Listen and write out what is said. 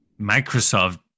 Microsoft